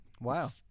Wow